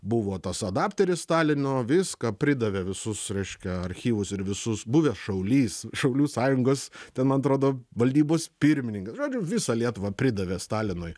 buvo tas adapteris stalino viską pridavė visus reiškia archyvus ir visus buvęs šaulys šaulių sąjungos ten atrodo valdybos pirmininkas žodžiu visą lietuvą pridavė stalinui